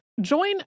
Join